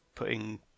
putting